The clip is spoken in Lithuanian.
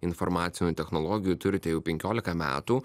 informacinių technologijų turite jau penkiolika metų